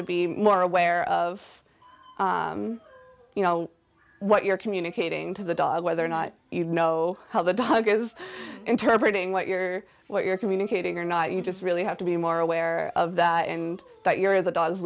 to be more aware of you know what you're communicating to the dog whether or not you know how the dog is inter breeding what you're what you're communicating or not you just really have to be more aware of that and that you're the dog's